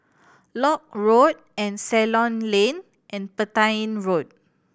Lock Road and Ceylon Lane and Petain Road